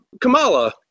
Kamala